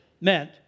meant